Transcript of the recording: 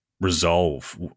resolve